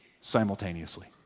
simultaneously